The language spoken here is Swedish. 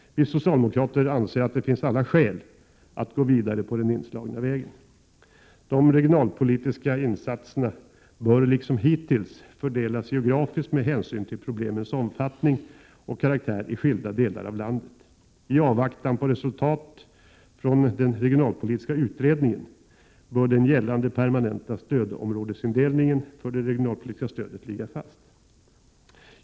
Vi socialdemokrater anser att det finns alla skäl att gå vidare på den inslagna vägen. De regionalpolitiska insatserna bör liksom hittills fördelas geografiskt med hänsyn till problemens omfattning och karaktär i skilda delar av landet. I avvaktan på resultat från den regionalpolitiska utredningen bör den gällande permanenta stödområdesindelningen för det regionalpolitiska stödet ligga fast.